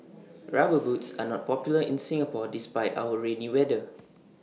rubber boots are not popular in Singapore despite our rainy weather